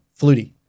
Flutie